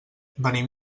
venim